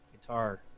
guitar